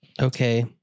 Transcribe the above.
okay